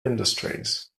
industries